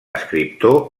escriptor